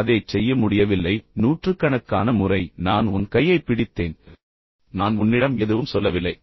அதைச் செய்ய முடியவில்லை நூற்றுக்கணக்கான முறை நான் உன் கையைப் பிடித்தேன் பின்னர் நான் உன்னிடம் எதுவும் சொல்லவில்லை